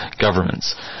governments